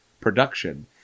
production